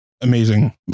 amazing